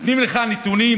נותנים לך נתונים,